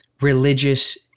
religious